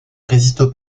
résiste